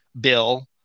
bill